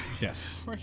Yes